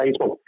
Facebook